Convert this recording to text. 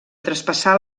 traspassar